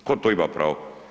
Tko to ima pravo?